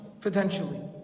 potentially